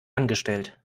angestellt